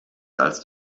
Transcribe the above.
als